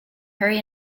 hurry